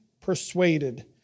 persuaded